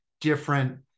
different